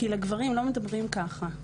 כי לגברים לא מדברים ככה.